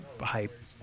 hype